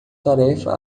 tarefa